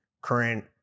current